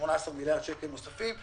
ב-18 מיליארד שקל נוספים,